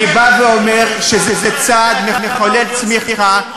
אני בא ואומר שזה צעד מחולל צמיחה,